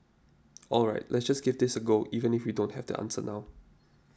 all right let's just give this a go even if we don't have the answer now